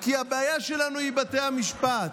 כי הבעיה שלנו היא בתי המשפט?